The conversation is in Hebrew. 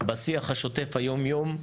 בשיח השוטף יום-יום,